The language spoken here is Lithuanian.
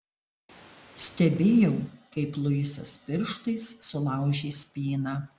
stebėjau kaip luisas pirštais sulaužė spyną